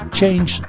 Change